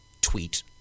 tweet